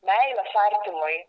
meilės artimui